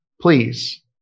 please